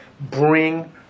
bring